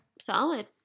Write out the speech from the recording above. Solid